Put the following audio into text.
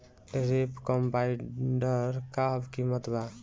Reaper combiner का किमत बा?